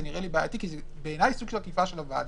זה נראה לי בעייתי ובעיניי זה סוג של עקיפה של הוועדה.